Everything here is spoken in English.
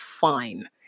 fine